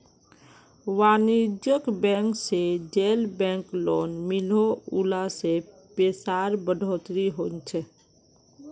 वानिज्ज्यिक बैंक से जेल बैंक लोन मिलोह उला से पैसार बढ़ोतरी होछे